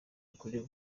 ukuri